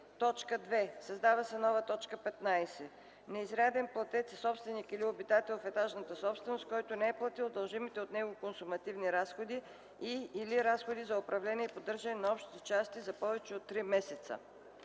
2. Създава се нова т. 15: „15. „Неизряден платец" е собственик или обитател в етажната собственост, който не е платил дължимите от него консумативни разходи и/или разходи за управление и поддържане на общите части за повече от три месеца”.